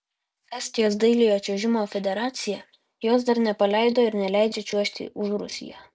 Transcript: estijos dailiojo čiuožimo federacija jos dar nepaleido ir neleidžia čiuožti už rusiją